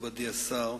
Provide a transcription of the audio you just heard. מכובדי השר,